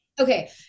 Okay